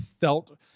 felt